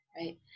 right